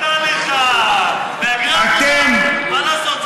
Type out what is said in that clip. אה, האמת נפלטה לך, מהגרי עבודה, מה לעשות?